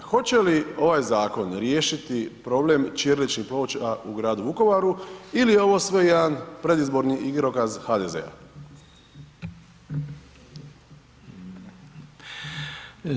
Hoće li ovaj zakon riješiti problem ćiriličnih ploča u gradu Vukovaru ili je ovo sve jedan predizborni igrokaz HDZ-a?